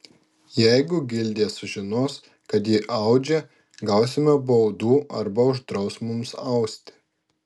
jeigu gildija sužinos kad ji audžia gausime baudų arba uždraus mums austi